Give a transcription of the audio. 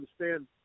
understand